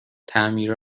تعمیر